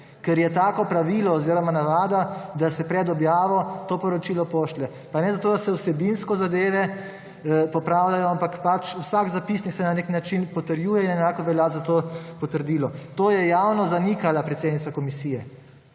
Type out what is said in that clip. ker je tako pravilo oziroma navada, da se pred objavo to poročilo pošlje. Pa ne zato, da se vsebinsko zadeve popravljajo, ampak vsak zapisnik se na nek način potrjuje in enako velja za to potrdilo. To je javno zanikala predsednica komisije.